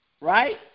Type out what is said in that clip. right